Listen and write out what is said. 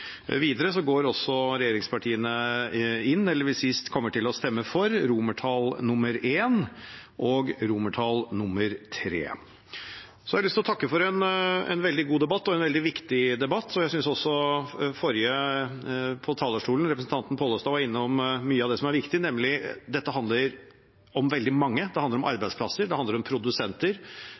Videre kommer regjeringspartiene også til å stemme for I og III. Så har jeg lyst til å takke for en veldig god debatt og en veldig viktig debatt. Jeg synes også forrige taler, representanten Pollestad, var innom mye av det som er viktig, nemlig at dette handler om veldig mange. Det handler om arbeidsplasser. Det handler om produsenter.